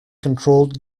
controlled